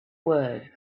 words